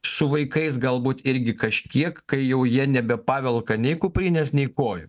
su vaikais galbūt irgi kažkiek kai jau jie nebepavelka nei kuprinės nei kojų